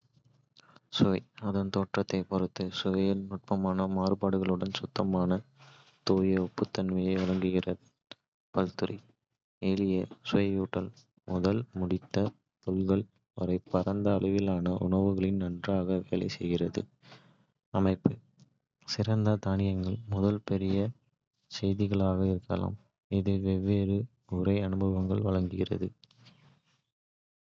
சுவை அதன் தோற்றத்தைப் பொறுத்து சுவையில் நுட்பமான மாறுபாடுகளுடன் சுத்தமான, தூய உப்புத்தன்மையை வழங்குகிறது. பல்துறை எளிய சுவையூட்டல் முதல் முடித்த தொடுதல்கள் வரை பரந்த அளவிலான உணவுகளில் நன்றாக வேலை செய்கிறது. அமைப்பு சிறந்த தானியங்கள் முதல் பெரிய செதில்களாக இருக்கலாம், இது வெவ்வேறு உரை அனுபவங்களை வழங்குகிறது.